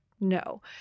no